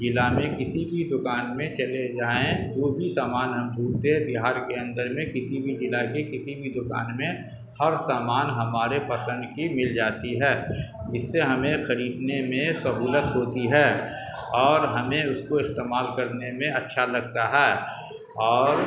ضلع میں کسی بھی دوکان میں چلے جائیں جو بھی سامان ہم ڈھونڈتے بہار کے اندر میں کسی بھی ضلع کے کسی بھی دوکان میں ہر سامان ہمارے پسند کی مل جاتی ہے جس سے ہمیں خریدنے میں سہولت ہوتی ہے اور ہمیں اس کو استعمال کرنے میں اچھا لگتا ہے اور